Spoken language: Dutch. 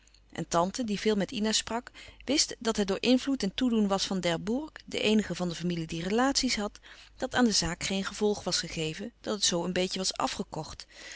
en tante die veel met ina sprak wist dat het door invloed en toedoen was van d'herbourg de eenige van de familie die relaties had dat aan de zaak geen gevolg was gegeven dat het zoo een beetje was afgekocht